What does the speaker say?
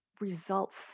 results